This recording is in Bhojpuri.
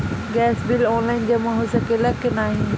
गैस बिल ऑनलाइन जमा हो सकेला का नाहीं?